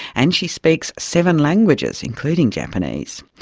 and she speaks seven languages, including japanese.